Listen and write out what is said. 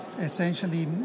Essentially